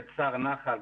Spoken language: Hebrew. גצ"ר נח"ל,